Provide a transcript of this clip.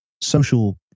social